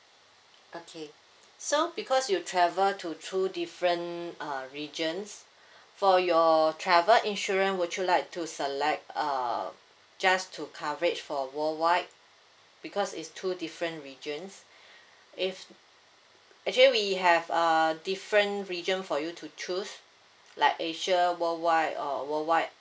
okay so because you travel to two different uh regions for your travel insurance would you like to select um just to coverage for worldwide because it's two different regions if actually we have uh different region for you to choose like asia worldwide or worldwide